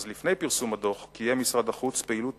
אז לפני פרסום הדוח קיים משרד החוץ פעילות